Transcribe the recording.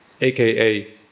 aka